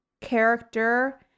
character